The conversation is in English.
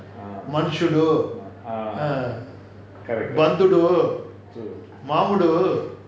மண்சுற்று:mansuttru uh